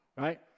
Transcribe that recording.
right